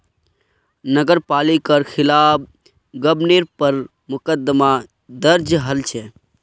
नगर पालिकार खिलाफ गबनेर पर मुकदमा दर्ज हल छ